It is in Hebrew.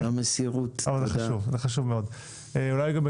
תודה רבה.